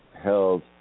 held